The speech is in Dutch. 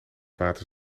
water